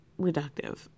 reductive